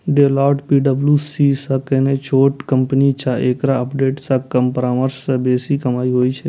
Deloitte P W C सं कने छोट कंपनी छै, एकरा ऑडिट सं कम परामर्श सं बेसी कमाइ होइ छै